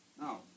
Now